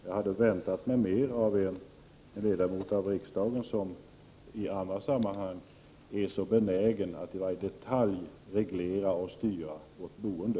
Jag hade väntat mig mer av en ledamot av riksdagen, som i andra sammanhang är så benägen att i varje detalj reglera och styra vårt boende.